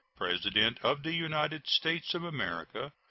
president of the united states of america,